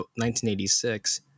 1986